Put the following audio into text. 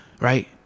right